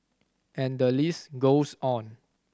and the list goes on